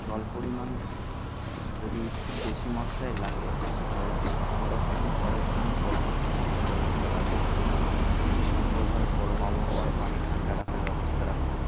জল পরিমাণ যদি খুব বেশি মাত্রায় লাগে সে জল সংরক্ষণ করার জন্য পর্যাপ্ত স্থানের ব্যবস্থা লাগবে যদি সম্ভব হয় গরম আবহাওয়ার পানি ঠান্ডা রাখার ব্যবস্থা রাখুন